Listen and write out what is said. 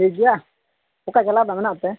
ᱴᱷᱤᱠ ᱜᱮᱭᱟ ᱚᱠᱟ ᱡᱮᱞᱟ ᱨᱮᱱᱟᱜ ᱠᱚᱛᱮ